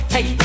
Hey